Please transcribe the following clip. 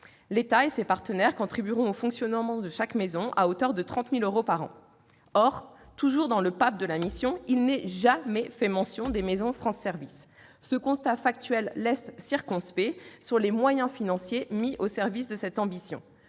L'État et ses partenaires contribueront au fonctionnement de chaque maison à hauteur de 30 000 euros par an. Or le PAP de la mission ne fait nullement mention des maisons France Services. Ce constat factuel laisse circonspect sur les moyens financiers mis au service de cette ambition.